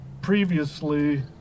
previously